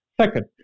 Second